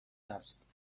است